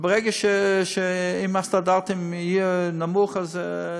אם הסטנדרטים יהיו נמוכים,